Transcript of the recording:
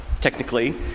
technically